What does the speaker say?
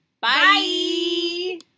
Bye